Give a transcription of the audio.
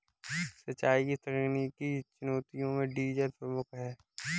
सिंचाई की तकनीकी चुनौतियों में डीजल प्रमुख है